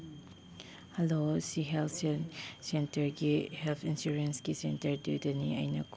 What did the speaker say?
hello ꯁꯤ health ꯁꯦꯟꯇꯔꯒꯤ health ꯏꯟꯁꯨꯔꯦꯟꯁꯀꯤ ꯁꯦꯟꯇꯔꯗꯨꯗꯅꯤ ꯑꯩꯅ